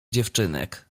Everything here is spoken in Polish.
dziewczynek